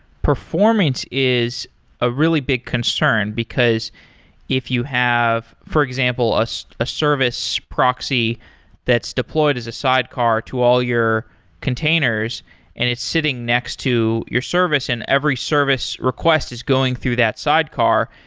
performance is a really big concern, because if you have, for example, a service proxy that's deployed as a sidecar to all your containers and it's sitting next to your service and every service request is going through that sidecar,